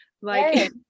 Like-